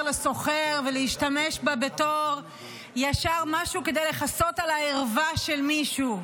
לסוחר ולהשתמש בה בתור משהו כדי לכסות על הערווה של מישהו.